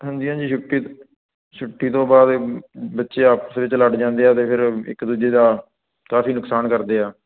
ਹਾਂਜੀ ਹਾਂਜੀ ਛੁੱਟੀ ਛੁੱਟੀ ਤੋਂ ਬਾਅਦ ਬੱਚੇ ਆਪਸ ਵਿੱਚ ਲੜ ਜਾਂਦੇ ਆ ਅਤੇ ਫਿਰ ਇੱਕ ਦੂਜੇ ਦਾ ਕਾਫ਼ੀ ਨੁਕਸਾਨ ਕਰਦੇ ਆ